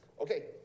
Okay